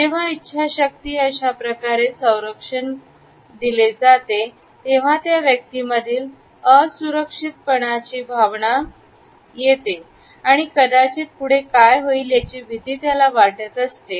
जेव्हा इच्छाशक्ती अशाप्रकारे संरक्षण केले जाते तेव्हा त्या व्यक्ती मधील असुरक्षित पणाची भावना होते कदाचित पुढे काय होईल याची त्याला भीती वाटत असते